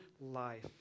life